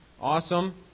Awesome